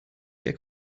der